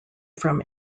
from